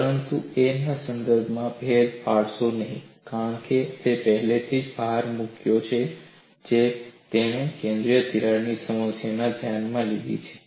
પરંતુ a ના સંદર્ભમાં ભેદ પાડશો નહીં કારણ કે મેં પહેલેથી જ ભાર મૂક્યો છે કે તેણે કેન્દ્રીય તિરાડની સમસ્યાને ધ્યાનમાં લીધી છે